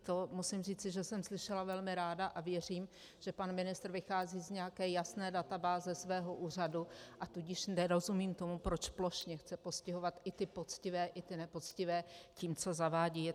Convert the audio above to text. To musím říci, že jsem slyšela velmi ráda, a věřím, že pan ministr vychází z nějaké jasné databáze svého úřadu, a tudíž nerozumím tomu, proč plošně chce postihovat i ty poctivé i ty nepoctivé tím, co zavádí.